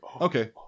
Okay